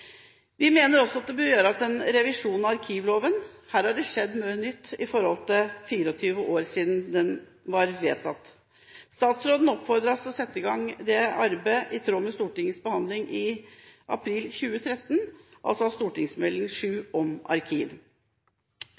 Vi mener også at det bør gjøres en revisjon av arkivloven. Her har det skjedd mye nytt siden den ble vedtatt for 22 år siden. Statsråden oppfordres til å sette i gang dette arbeidet, i tråd med Stortingets behandling av Meld. St. 7 for 2012–2013, Arkiv, i april 2013.